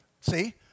See